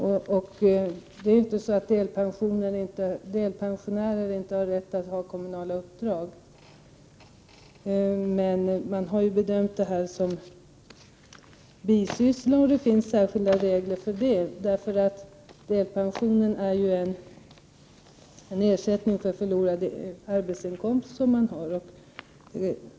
Delpensionärer har alltså faktiskt rätt att ha kommunala uppdrag. Men sådana här uppdrag har bedömts vara bisysslor, och för sådana finns det särskilda regler. Delpensionen utgör ju ersättning för förlorad arbetsinkomst.